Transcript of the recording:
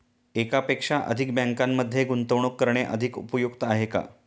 एकापेक्षा अधिक बँकांमध्ये गुंतवणूक करणे अधिक उपयुक्त आहे का?